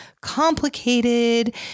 complicated